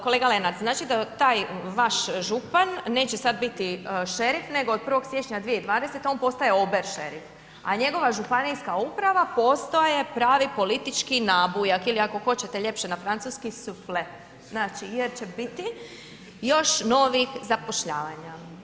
Kolega Lenart, znači da taj vaš župan neće sad biti šerif nego od 1. siječnja 2020. on postaje oberšerif, a njegova županijska uprava postaje pravi politički nabujak ili ako hoće ljepše na francuski souffle, znači jer će biti još novih zapošljavanja.